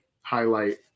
highlight